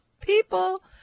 people